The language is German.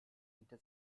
hinter